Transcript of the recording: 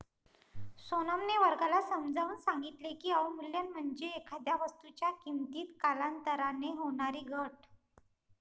सोनमने वर्गाला समजावून सांगितले की, अवमूल्यन म्हणजे एखाद्या वस्तूच्या किमतीत कालांतराने होणारी घट